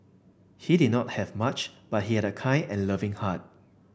he did not have much but he had a kind and loving heart